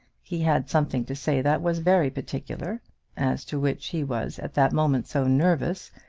he had something to say that was very particular as to which he was at that moment so nervous,